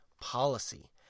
policy